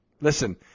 Listen